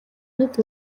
нүх